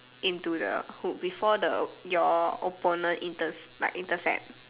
into the hoop before the your opponent in the like intercept